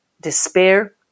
despair